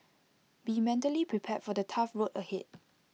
be mentally prepared for the tough road ahead